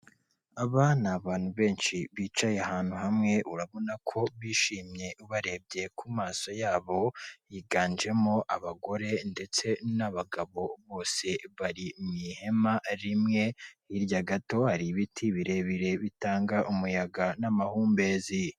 Aba ni abantu benshi bicaye ahantu hamwe, urabona ko bishimye ubarebye ku maso yabo, yiganjemo abagore ndetse n'abagabo, bose bari mu ihema rimwe, hirya gato hari ibiti birebire bitanga umuyaga n'amahumbezi.